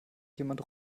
jemand